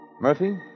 Murphy